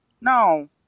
No